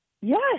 Yes